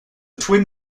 twin